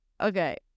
okay